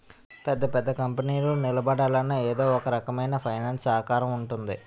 పెద్ద పెద్ద కంపెనీలు నిలబడాలన్నా ఎదో ఒకరకమైన ఫైనాన్స్ సహకారం ఉంటుంది